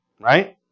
right